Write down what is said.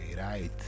right